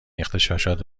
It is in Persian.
اغتشاشات